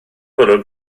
bwrw